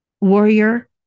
warrior